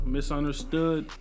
Misunderstood